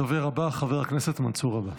הדובר הבא, חבר הכנסת מנסור עבאס.